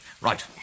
Right